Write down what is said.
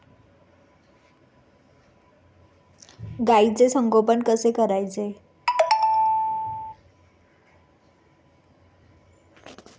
गाईचे संगोपन कसे करायचे?